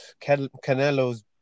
Canelo's